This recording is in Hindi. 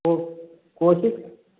को कोशिश